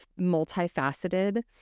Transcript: multifaceted